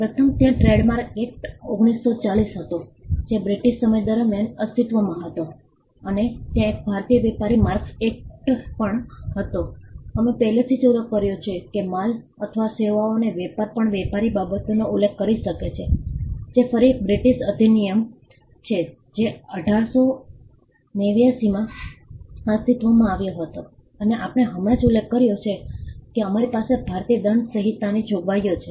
પ્રથમ ત્યાં trademark act 1940 હતો જે બ્રિટીશ સમય દરમિયાન અસ્તિત્વમાં હતો અને ત્યાં એક ભારતીય વેપારી માર્કસ એક્ટ પણ હતો અમે પહેલેથી જ ઉલ્લેખ કર્યો છે કે માલ અથવા સેવાઓનો વેપાર પણ વેપારી બાબતોનો ઉલ્લેખ કરી શકે છે જે ફરી એક બ્રિટિશ અધિનિયમ છે જે 1889 માં અસ્તિત્વમાં આવ્યો છે અને આપણે હમણાં જ ઉલ્લેખ કર્યો છે કે અમારી પાસે ભારતીય દંડ સંહિતાની જોગવાઈઓ છે